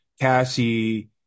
Cassie